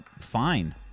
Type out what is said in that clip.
fine